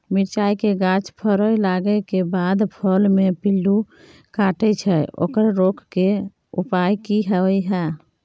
मिरचाय के गाछ फरय लागे के बाद फल में पिल्लू काटे छै ओकरा रोके के उपाय कि होय है?